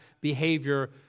behavior